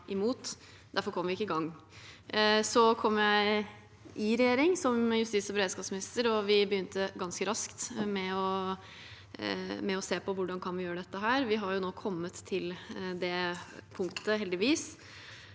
Derfor kom vi ikke i gang. Så kom jeg i regjering som justis- og beredskapsminister, og vi begynte ganske raskt med å se på hvordan vi kan gjøre dette. Heldigvis har vi nå kommet til det punktet at vi